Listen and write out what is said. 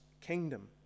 kingdom